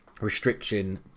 restriction